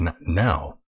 now